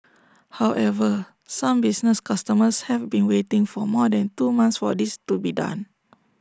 however some business customers have been waiting for more than two months for this to be done